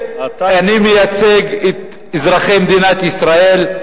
אתה, אני מייצג את אזרחי מדינת ישראל.